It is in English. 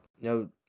no